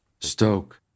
stoke